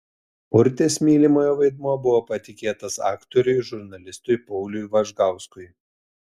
urtės mylimojo vaidmuo buvo patikėtas aktoriui žurnalistui pauliui važgauskui